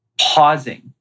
pausing